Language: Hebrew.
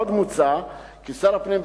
עוד מוצע כי שר הפנים,